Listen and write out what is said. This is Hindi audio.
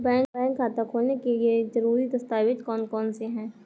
बैंक खाता खोलने के लिए ज़रूरी दस्तावेज़ कौन कौनसे हैं?